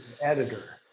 editor